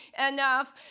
enough